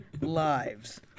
lives